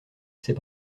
ses